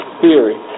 theory